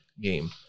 game